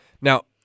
Now